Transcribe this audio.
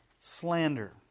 slander